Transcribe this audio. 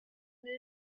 mille